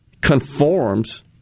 conforms